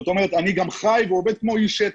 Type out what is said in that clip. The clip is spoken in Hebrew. זאת אומרת, אני גם חי ועובד כמו איש שטח.